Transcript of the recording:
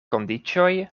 kondiĉoj